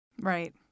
Right